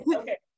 okay